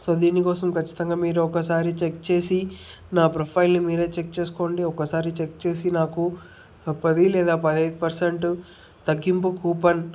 so దీనికోసం ఖచ్చితంగా మీరు ఒకసారి చెక్ చేసి నా ప్రొఫైల్ని మీరు చెక్ చేసుకోండి ఒకసారి చెక్ చేసి నాకు పది లేదా పదహైదు పర్సెంట్ తగ్గింపు కూపన్